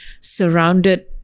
surrounded